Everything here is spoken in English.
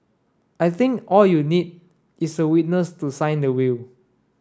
I think all you need is a witness to sign the will